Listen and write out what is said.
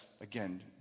again